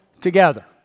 together